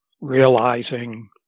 realizing